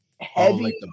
heavy